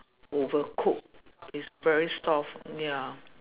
overcook is very soft ya